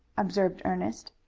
observed ernest.